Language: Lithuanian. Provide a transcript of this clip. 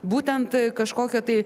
būtent kažkokią tai